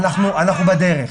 אנחנו בדרך.